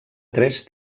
tres